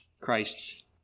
Christ's